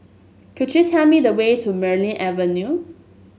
could you tell me the way to Merryn Avenue